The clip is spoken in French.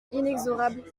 inexorable